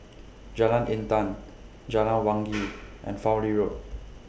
Jalan Intan Jalan Wangi and Fowlie Road